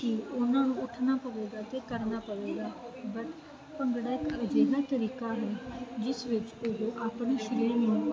ਉਹਨਾਂ ਨੂੰ ਪੁੱਛਣਾ ਪਵੇਗਾ ਕਿ ਕਰਨਾ ਪਵੇਗਾ ਭੰਗੜਾ ਇਕ ਅਜਿਹਾ ਤਰੀਕਾ ਹੈ ਜਿਸ ਵਿੱਚ ਉਹ ਆਪਣੀ ਸ਼੍ਰੇਣੀ